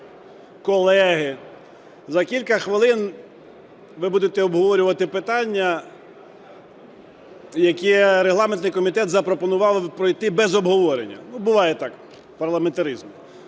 колеги! За кілька хвилин ви будете обговорювати питання, яке регламентний комітет запропонував вам пройти без обговорення. Ну, буває так в парламентаризмі.